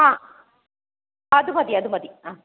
ആ അതുമതി അതുമതി ആ